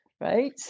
right